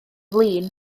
flin